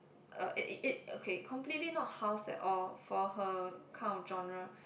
uh it it it okay completely not house at all for her kind of genre